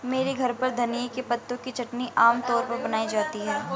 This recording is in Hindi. मेरे घर पर धनिए के पत्तों की चटनी आम तौर पर बनाई जाती है